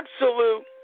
absolute